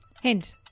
Hint